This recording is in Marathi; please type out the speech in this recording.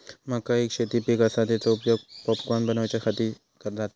मका एक शेती पीक आसा, तेचो उपयोग पॉपकॉर्न बनवच्यासाठी जाता